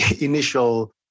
initial